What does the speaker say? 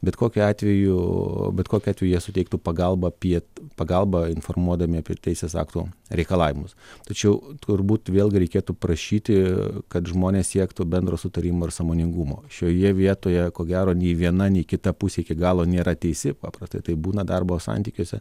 bet kokiu atveju bet kokiu atveju jie suteiktų pagalbą apie pagalbą informuodami apie teisės aktų reikalavimus tačiau turbūt vėlgi reikėtų prašyti kad žmonės siektų bendro sutarimo ir sąmoningumo šioje vietoje ko gero nei viena nei kita pusė iki galo nėra teisi paprastai taip būna darbo santykiuose